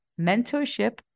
mentorship